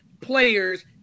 players